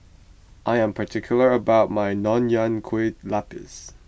I am particular about my Nonya Kueh Lapis